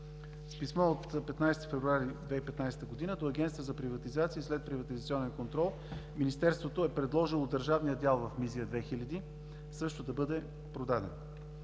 С писмо от 15 февруари 2015 г. до Агенцията за приватизация и следприватизационен контрол Министерството е предложило държавният дял в „Мизия 2000“ също да бъде продаден.